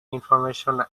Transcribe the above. information